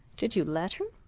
did you let her?